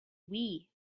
wii